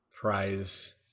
prize